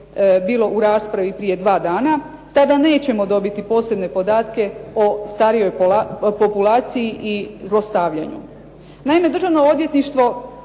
u raspravi prije dva dana, tada nećemo dobiti posebne podatke o starijoj populaciji i zlostavljanju. Naime Državno odvjetništvo